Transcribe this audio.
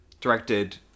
directed